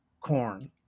corn